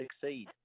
succeed